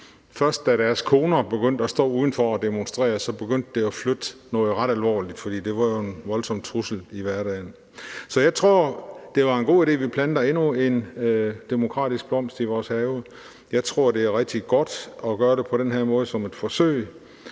Først da deres koner begyndte at stå uden for og demonstrere, begyndte det at flytte noget ret alvorligt, fordi det var jo en voldsom trussel i hverdagen. Så jeg tror, det er en god idé, at vi planter endnu en demokratisk blomst i vores have, jeg tror, det er rigtig godt at gøre det på den her måde, altså som et forsøg,